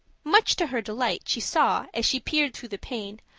much to her delight, she saw, as she peered through the pane,